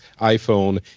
iPhone